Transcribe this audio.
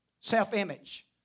Self-image